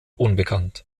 unbekannt